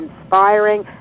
inspiring